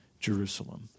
Jerusalem